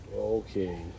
Okay